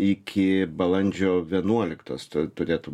iki balandžio vienuoliktos tad turėtų